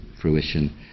fruition